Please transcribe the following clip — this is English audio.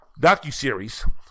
docuseries